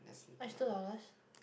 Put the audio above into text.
what's two dollars